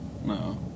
No